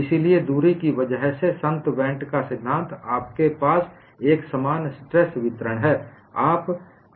इसलिए दूरी की वजह से संत वेन्ट का सिद्धांत Saint Venant's principle आपके पास एकसमान स्ट्रेस वितरण है